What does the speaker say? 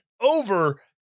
over